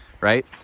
right